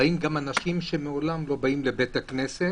שבאים גם אנשים שמעולם לא באים לבית הכנסת